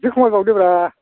एसे खमाय बावदो ब्रा